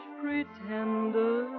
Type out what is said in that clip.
pretender